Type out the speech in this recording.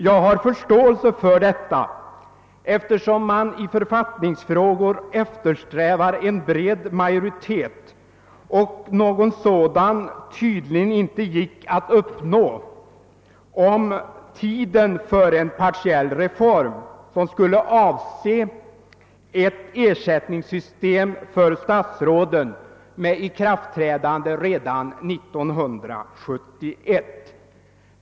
Jag har förståelse för detta, eftersom man i författningsfrågor eftersträvat att få en bred majoritet och någon sådan tydligen inte kunde uppnås om tidpunkten för en partiell reform som skulle avse ett ersättningssystem för statsråden med ikraftträdande 1971.